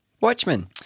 Watchmen